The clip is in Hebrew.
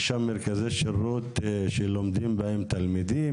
יש שם מרכזי שירות שלומדים בהם תלמידים,